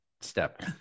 step